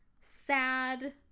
sad